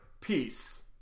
peace